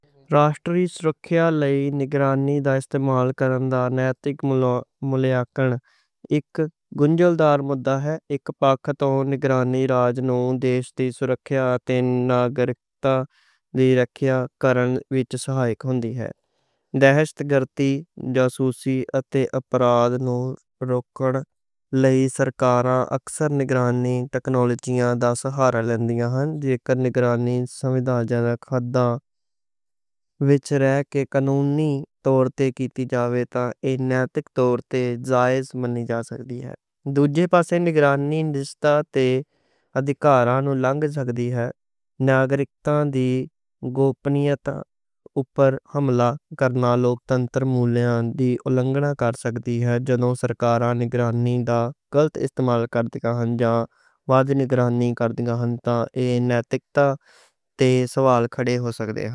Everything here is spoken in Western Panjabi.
راشٹریہ سرکشا لئی نگرانی دا استعمال کرنا نیتک مولیانکن اک گنجلدار مدّا ہے۔ اک پکھ توں نگرانی دیش دی سرکشا تے ناگرکاں دی رکھیا کرنے وِچ سہائک ہوندی ہے۔ دہشتگردی، جاسوسی اتے اپرادھاں نوں روکن لئی سرکاراں اکثر نگرانی ٹیکنالوجیاں دا سہارا لیندیاں ہن۔ جے کر نگرانی سمویدھانک ہدایات وِچ رہ کے قانونی طور تے کیتی جاوے تاں اک نیتک طور تے جائز منی جا سکتی ہے۔ دوجے پاسے نگرانی نسبت تے ادھیکاراں نوں لنگھ سکتی ہے، ناگرکاں دی گوپنیتا اُپر حملہ کرنا، لوکتنتر مولیاں دی اُلانگھنا کر سکتی ہے۔ جدوں سرکاراں نگرانی دا غلط استعمال کر دیاں ہن جاں واد نگرانی کر دیاں ہن تاں ایہ نیتکتا تے سوال کھڑے ہو سکتے ہن۔